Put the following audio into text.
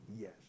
Yes